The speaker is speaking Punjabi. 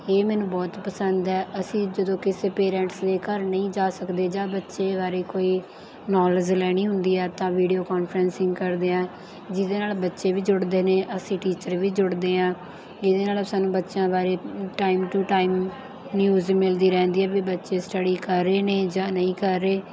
ਇਹ ਮੈਨੂੰ ਬਹੁਤ ਪਸੰਦ ਹੈ ਅਸੀਂ ਜਦੋਂ ਕਿਸੇ ਪੇਰੈਂਟਸ ਦੇ ਘਰ ਨਹੀਂ ਜਾ ਸਕਦੇ ਜਾਂ ਬੱਚੇ ਬਾਰੇ ਕੋਈ ਨੋਲੇਜ ਲੈਣੀ ਹੁੰਦੀ ਹੈ ਤਾਂ ਵੀਡੀਓ ਕੋਨਫਰਸਿੰਗ ਕਰਦੇ ਹਾਂ ਜਿਹਦੇ ਨਾਲ ਬੱਚੇ ਵੀ ਜੁੜਦੇ ਨੇ ਅਸੀਂ ਟੀਚਰ ਵੀ ਜੁੜਦੇ ਹਾਂ ਇਹਦੇ ਨਾਲ ਸਾਨੂੰ ਬੱਚਿਆਂ ਬਾਰੇ ਟਾਈਮ ਟੂ ਟਾਈਮ ਨਿਊਜ਼ ਮਿਲਦੀ ਰਹਿੰਦੀ ਹੈ ਵੀ ਬੱਚੇ ਸਟੱਡੀ ਕਰ ਰਹੇ ਨੇ ਜਾਂ ਨਹੀਂ ਕਰ ਰਹੇ